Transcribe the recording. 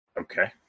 Okay